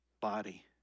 body